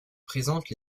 présentent